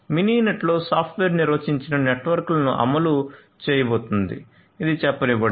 మినినెట్లో software నిర్వచించిన నెట్వర్క్లను అమలు చేయబోతోంది చెప్పనివ్వండి